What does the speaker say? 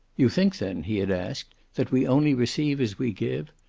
you think, then, he had asked, that we only receive as we give?